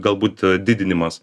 galbūt didinimas